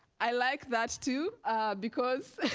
i like that too because